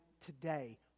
today